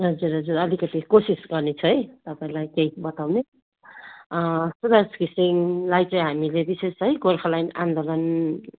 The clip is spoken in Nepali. हजुर हजुर अलिकति कोसिस गर्नेछु है तपाईँलाई केही बताउने सुबास घिसिङलाई चाहिँ हामीले विशेष है गोर्खाल्यान्ड आन्दोलन